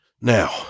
now